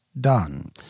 done